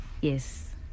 Yes